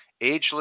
Ageless